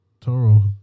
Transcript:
Toro